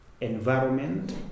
Environment